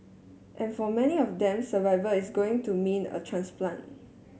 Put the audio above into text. and for many of them survival is going to mean a transplant